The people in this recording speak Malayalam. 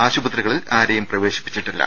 ആശുപത്രികളിൽ ആരെയും പ്രവേശിപ്പിച്ചിട്ടില്ല